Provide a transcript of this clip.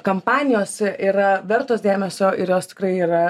kampanijos yra vertos dėmesio ir jos tikrai yra